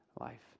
life